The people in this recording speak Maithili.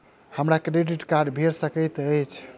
हमरा क्रेडिट कार्ड भेट सकैत अछि?